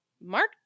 Mark –